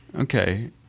okay